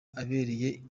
abereye